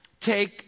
Take